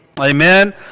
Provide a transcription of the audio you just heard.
amen